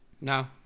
No